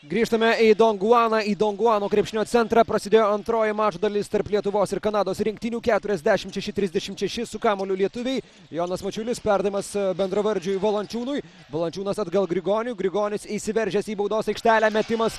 grįžtame į donguaną į donguano krepšinio centrą prasidėjo antroji mačo dalis tarp lietuvos ir kanados rinktinių keturiasdešimt šeši trisdešimt šeši su kamuoliu lietuviai jonas mačiulis perdavimas bendravardžiui valančiūnui valančiūnas atgal grigoniui grigonis įsiveržęs į baudos aikštelę metimas